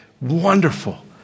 wonderful